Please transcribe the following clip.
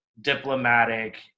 diplomatic